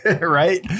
Right